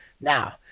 now